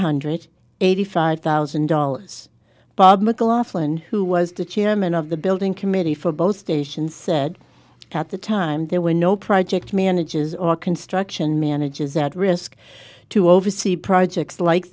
hundred eighty five thousand dollars bob mclaughlin who was the chairman of the building committee for both stations said at the time there were no project managers or construction managers that risk to oversee projects like